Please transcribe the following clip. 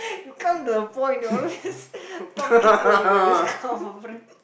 you come to the point you always talking about this kind of friend